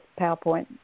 PowerPoint